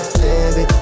baby